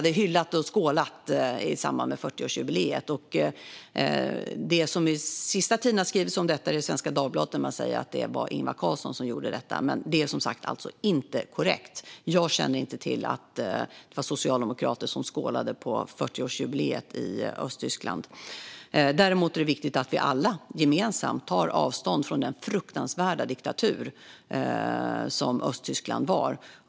Det är Svenska Dagbladet som på sista tiden har skrivit om detta och att det var Ingvar Carlsson som gjorde det. Men det är alltså inte korrekt. Jag känner inte till att socialdemokrater skålade på 40-årsjubileet i Östtyskland. Det är däremot viktigt att vi alla gemensamt tar avstånd från den fruktansvärda diktatur Östtyskland var.